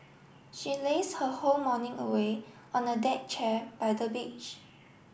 she laze her whole morning away on a deck chair by the beach